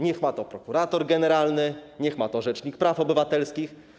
Niech ma to prokurator generalny, niech ma to rzecznik praw obywatelskich.